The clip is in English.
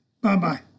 Bye-bye